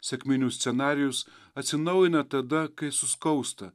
sekminių scenarijus atsinaujina tada kai suskausta